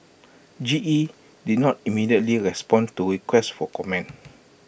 G E did not immediately respond to requests for comment